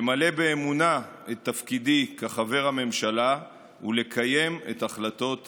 למלא באמונה את תפקידי כחבר הממשלה ולקיים את החלטות הכנסת.